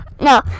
No